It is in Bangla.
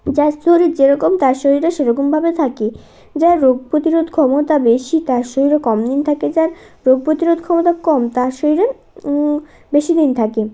যার শরীর যেরকম তার শরীরে সেরকমভাবে থাকে যার রোগ প্রতিরোধ ক্ষমতা বেশি তার শরীরে কম দিন থাকে যার রোগ প্রতিরোধ ক্ষমতা কম তার শরীরে বেশি দিন থাকে